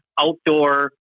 outdoor